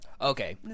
Okay